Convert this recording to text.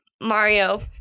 Mario